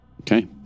Okay